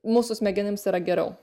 mūsų smegenims yra geriau